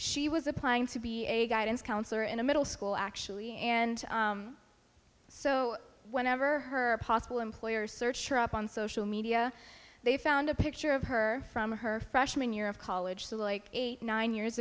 she was applying to be a guidance counselor in a middle school actually and so whenever her possible employers search her up on social media they found a picture of her from her freshman year of college so like eight nine years